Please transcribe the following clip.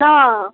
ହଁ